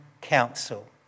council